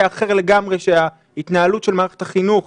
אחר לגמרי שההתנהלות של משרד החינוך,